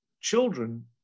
children